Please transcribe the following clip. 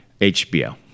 HBO